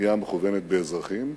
פגיעה מכוונת באזרחים,